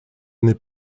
n’est